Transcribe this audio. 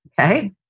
Okay